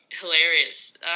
hilarious